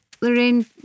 Lorraine